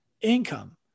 income